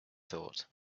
thought